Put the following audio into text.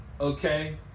Okay